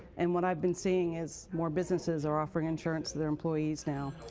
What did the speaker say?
and what i've been seeing is more businesses are offering insurance to their employees now.